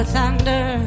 Thunder